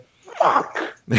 fuck